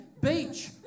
beach